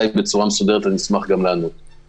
אני אשמח גם לענות בצורה מסודרת.